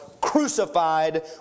crucified